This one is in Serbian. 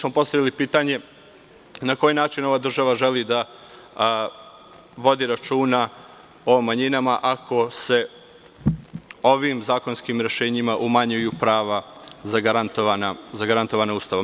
Postavili smo pitanje – na koji način ova država želi da vodi računa o manjinama ako se ovim zakonskim rešenjima umanjuju prava zagarantovana Ustavom?